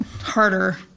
harder